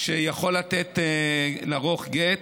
שיכול לערוך גט,